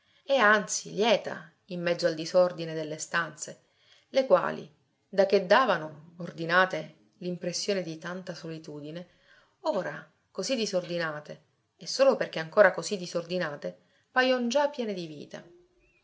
e anzi lieta in mezzo al disordine delle stanze le quali da che davano ordinate l'impressione di tanta solitudine ora così disordinate e solo perché ancora così disordinate pajon già piene di vita